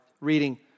reading